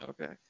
Okay